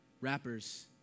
Rappers